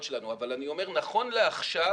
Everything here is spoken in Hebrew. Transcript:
שנכון לעכשיו